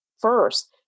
first